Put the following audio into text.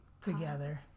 together